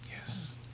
Yes